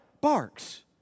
Barks